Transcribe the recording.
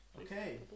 Okay